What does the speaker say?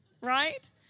right